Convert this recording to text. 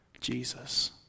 Jesus